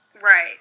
Right